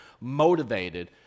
motivated